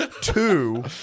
two